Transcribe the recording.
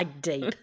deep